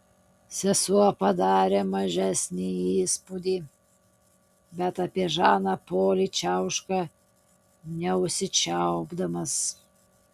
sesuo padarė mažesnį įspūdį bet apie žaną polį čiauška neužsičiaupdamas